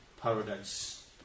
paradise